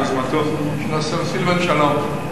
ביוזמתו של השר סילבן שלום,